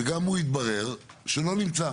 שגם הוא התברר שלא נמצא.